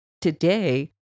today